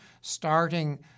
starting